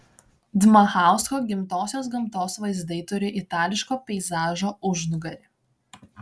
dmachausko gimtosios gamtos vaizdai turi itališko peizažo užnugarį